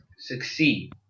Succeed